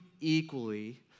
equally